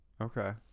Okay